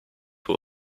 who